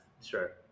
Sure